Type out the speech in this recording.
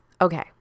okay